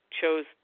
chose